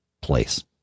place